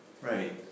Right